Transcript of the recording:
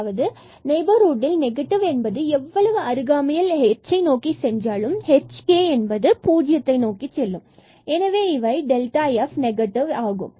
அதாவது இவை நெய்பர்ஹுட் என்பது நெகட்டிவ் எவ்வளவு அருகாமையில் h நோக்கி சென்றாலும் h and k என்பது பூஜ்ஜியத்தை நோக்கிச் செல்லும் எனவே f நெகட்டிவ் ஆகும்